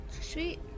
Sweet